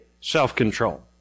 self-control